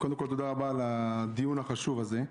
קודם כול, תודה רבה על הדיון החשוב הזה.